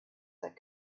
that